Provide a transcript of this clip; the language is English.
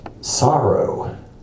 sorrow